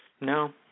No